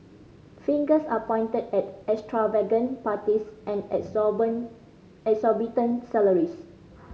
fingers are pointed at extravagant parties and exorbitant salaries